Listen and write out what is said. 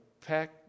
pack